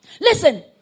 Listen